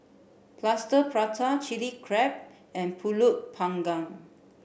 Plaster Prata Chilli Crab and Pulut panggang